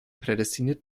prädestiniert